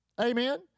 Amen